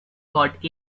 got